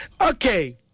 Okay